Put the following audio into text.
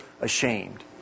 ashamed